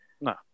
no